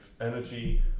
energy